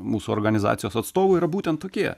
mūsų organizacijos atstovų yra būtent tokie